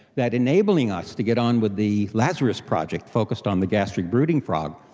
that enabling us to get on with the lazarus project focused on the gastric brooding frog,